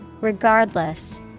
Regardless